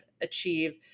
achieve